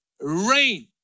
rain